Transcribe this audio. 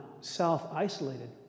self-isolated